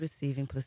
receiving